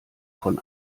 von